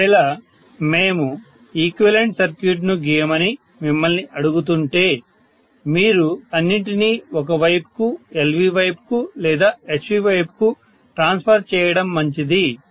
ఒకవేళ మేము ఈక్వివలెంట్ సర్క్యూట్ను గీయమని మిమ్మల్ని అడుగుతుంటే మీరు అన్నింటినీ ఒక వైపుకు LV వైపుకు లేదా HV వైపుకు ట్రాన్స్ఫర్ చేయడం మంచిది